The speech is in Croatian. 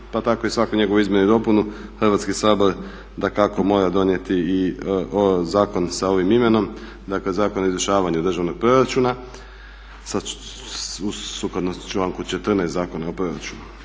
pa tako i svaku njegovu izmjenu i dopunu Hrvatski sabor dakako mora donijeti i zakon sa ovim imenom, dakle Zakon o izvršavanju državnog proračuna sukladno članku 14. Zakona o proračunu.